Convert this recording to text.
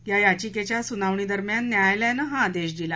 या याचिकेच्या सुनावणी दरम्यान न्यायालयानं हा आदेश दिला